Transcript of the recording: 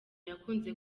yakunze